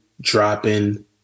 dropping